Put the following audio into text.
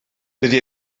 dydy